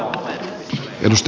arvoisa puhemies